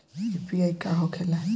UPI का होके ला?